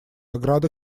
ограды